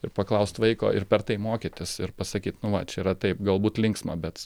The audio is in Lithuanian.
ir paklaust vaiko ir per tai mokytis ir pasakyt nu va čia yra taip galbūt linksma bet